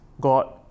God